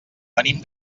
venim